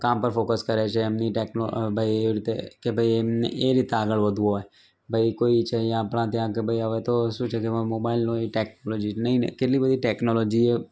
કામ પર ફોકસ કરે છે એમની ટેકનો ભાઈ એવી રીતે કે ભાઈ એમને એ રીતે આગળ વધવું હોય ભાઈ કોઈ છે અહીંયા આપણાં ત્યાં કે ભાઈ હવે તો શું છે તેમાં મોબાઈલનું એ ટેકનોલૉજી નહીં ને કેટલી બધી ટેકનોલોજીઑ